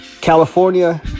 California